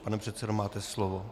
Pane předsedo, máte slovo.